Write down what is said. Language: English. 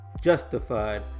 justified